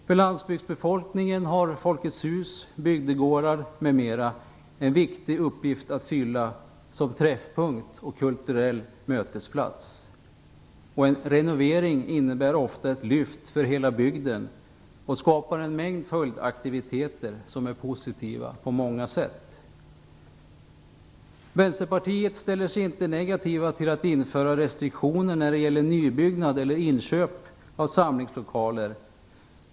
För landsbygdsbefolkningen har Folkets hus, bygdegårdar m.m. en viktig uppgift att fylla som träffpunkt och kulturell mötesplats. En renovering innebär ofta ett lyft för hela bygden och skapar en mängd följdaktiviteter som är positiva på många sätt. Vänsterpartiet ställer sig inte negativt till att införa restriktioner när det gäller nybyggnad eller inköp av samlingslokaler.